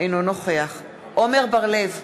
אינו נוכח עמר בר-לב,